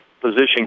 position